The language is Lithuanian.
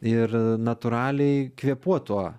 ir natūraliai kvėpuot tuo